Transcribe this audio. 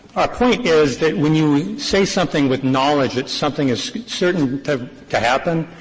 our point is that when you say something with knowledge that something is certain to to happen,